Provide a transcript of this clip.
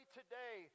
today